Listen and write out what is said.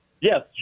Yes